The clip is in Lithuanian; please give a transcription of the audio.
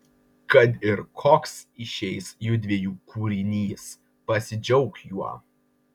kad ir koks išeis judviejų kūrinys pasidžiauk juo